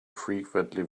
frequently